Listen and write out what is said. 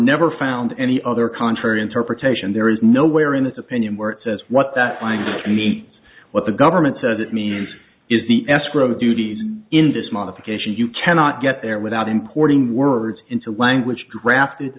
never found any other contrary interpretation there is nowhere in its opinion where it says what that binds means what the government says it means is the escrow duty in this modification you cannot get there without importing words into language drafted